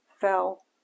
fell